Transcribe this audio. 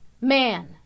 man